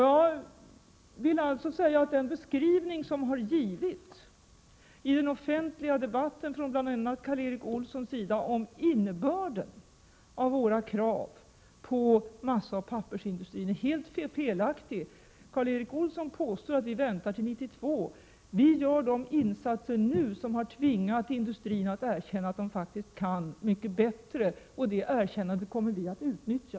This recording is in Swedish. Jag vill alltså säga att den beskrivning som har givits i den offentliga debatten från bl.a. Karl Erik Olssons sida om innebörden av våra krav på massaoch pappersindustrin är helt felaktig. Karl Erik Olsson påstår att vi väntar till 1992. Vi gör de insatser nu som har tvingat industrin att erkänna att den faktiskt kan mycket bättre. Det erkännandet kommer vi att utnyttja.